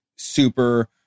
super